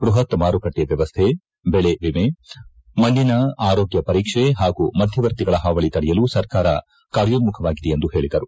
ಬ್ಲಪತ್ ಮಾರುಕಟ್ಟಿ ವ್ಯವಸ್ಥೆ ಜಿಳೆಎಮೆ ಮಣ್ಣಿನ ಆರೋಗ್ನ ಪರೀಕ್ಷೆ ಹಾಗೂ ಮಧ್ಯವರ್ತಿಗಳ ಹಾವಳಿ ತಡೆಯಲು ಸರ್ಕಾರ ಕಾರ್ಯೋನ್ನುಖವಾಗಿದೆ ಎಂದು ಪೇಳದರು